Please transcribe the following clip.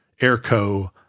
Airco